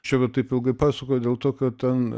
čia va taip ilgai pasakojau dėl to kad ten